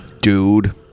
dude